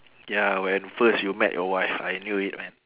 ya when first you met your wife I knew it man